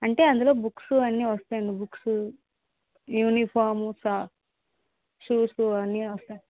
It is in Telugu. అంటే అందులో బుక్స్ అన్ని వస్తాయి అండి బుక్స్ యూనిఫార్మ్ ష షూసు అన్నీ వస్తాయి